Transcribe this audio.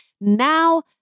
now